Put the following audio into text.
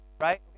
right